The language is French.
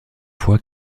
fois